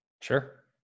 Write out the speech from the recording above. Sure